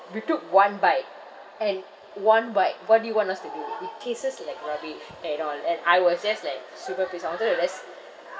we took one bite and one bite what do you want us to do it tasted like rubbish and all and I was just like super pissed off I wanted to just